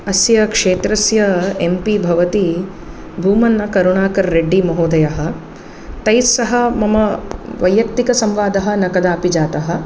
अस्य क्षेत्रस्य M P भवति बूमन्नकरुणाकर् रेड्डि महोदयः तैस्सह मम वैयक्तिकसंवादः न कदापि जातः